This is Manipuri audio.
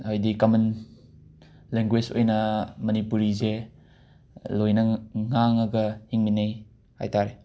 ꯍꯥꯏꯗꯤ ꯀꯃꯟ ꯂꯦꯡꯒꯣꯏꯁ ꯑꯣꯏꯅ ꯃꯅꯤꯄꯨꯔꯤꯖꯦ ꯂꯣꯏꯅ ꯉꯥꯡꯉꯒ ꯍꯤꯡꯃꯤꯟꯅꯩ ꯍꯥꯏꯇꯥꯔꯦ